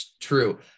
true